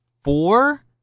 four